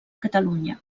catalunya